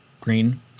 green